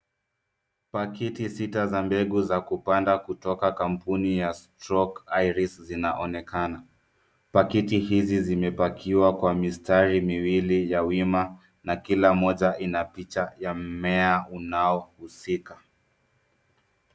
Pakiti sita za mbegu za kupanda kutoka kampuni ya Strok Highris zinaonekana. Pakiti hizi zimepakiwa kwa mistari miwili ya wima , na kila moja ina picha ya mmea unaohusika.